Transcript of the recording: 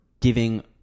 giving